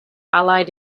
allied